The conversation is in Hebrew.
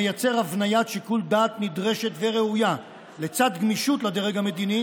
המייצר הבניה נדרשת וראויה בשיקול דעת,